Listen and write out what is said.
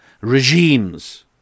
regimes